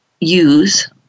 use